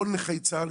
כל נכי צה"ל,